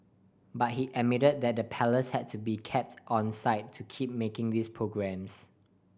but he admitted that the Palace had to be kept onside to keep making these programmes